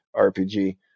RPG